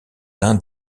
d’un